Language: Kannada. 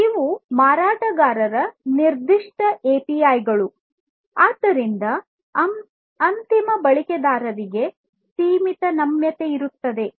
ಇವು ಮಾರಾಟಗಾರರ ನಿರ್ದಿಷ್ಟ ಎಪಿಐ ಗಳು ಆದ್ದರಿಂದ ಅಂತಿಮ ಬಳಕೆದಾರರಿಗೆ ಸೀಮಿತ ನಮ್ಯತೆ ಇರುತ್ತದೆ